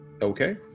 Okay